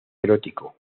erótico